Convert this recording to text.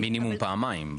זה מינימום פעמיים.